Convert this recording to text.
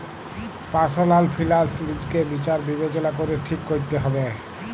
personal finance লিজকে বিচার বিবচলা ক্যরে ঠিক ক্যরতে হুব্যে